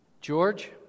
George